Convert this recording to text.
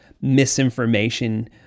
misinformation